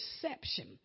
perception